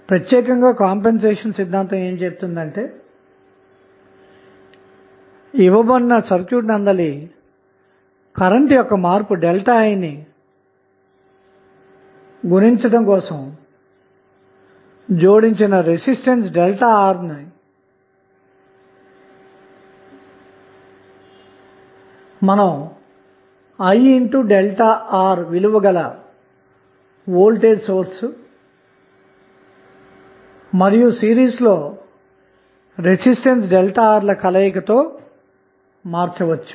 ప్రత్యేకంగా కంపెన్సేషన్ సిద్ధాంతం ఏమి చెబుతుందంటే ఇవ్వబడిన సర్క్యూట్ నందలి కరెంటు యొక్క మార్పు ΔI ని లెక్కించడం కోసం జోడించిన రెసిస్టెన్స్ ΔR ను IΔR విలువ గల వోల్టేజ్ సోర్స్ మరియు సిరీస్ లో రెసిస్టెన్స్ ΔR ల కలయిక తో మార్చవచ్చు